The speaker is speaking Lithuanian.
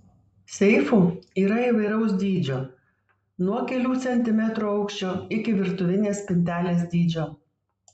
seifų yra įvairaus dydžio nuo kelių centimetrų aukščio iki virtuvinės spintelės dydžio